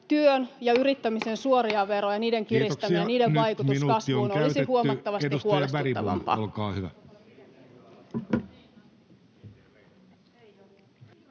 työn ja yrittämisen suorien verojen kiristämisen vaikutus kasvuun olisi huomattavasti huolestuttavampaa. Kiitoksia.